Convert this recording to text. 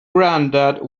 grandad